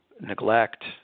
neglect